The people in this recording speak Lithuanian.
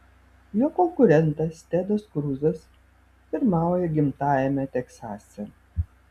jo konkurentas tedas kruzas pirmauja gimtajame teksase